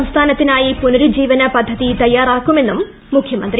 സംസ്ഥാനത്തിനായി പുനരുജ്ജീവന പദ്ധതി തയ്യാറാക്കുമെന്നും മുഖ്യമന്ത്രി